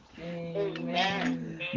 amen